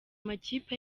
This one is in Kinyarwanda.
makipe